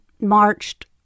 marched